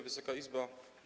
Wysoka Izbo!